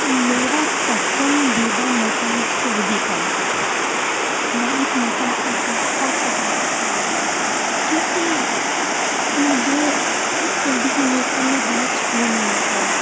میرا پسندیدہ موسم سردی کا ہے میں اس موسم کو بہت پسند کرتی ہوں کیونکہ مجھے اس سردی کے موسم میں بہت سکون ملتا ہے